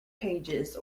pages